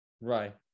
Right